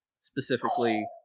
specifically